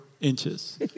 inches